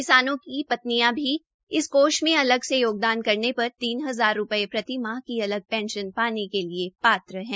किसानों की पत्नियां भी इस कोष में अलग से योगदान करने पर तीन हजार रूपये मासिक माह की अलग पेंशन पाने के लिये पात्र है